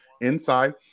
inside